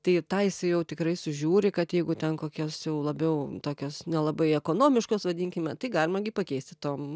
tai tą jisai jau tikrai sužiūri kad jeigu ten kokias jau labiau tokias nelabai ekonomiškos vadinkime tai galima gi pakeisti tom